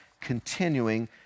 continuing